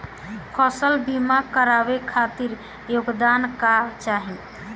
फसल बीमा करावे खातिर योग्यता का चाही?